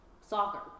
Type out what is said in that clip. soccer